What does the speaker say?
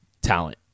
talent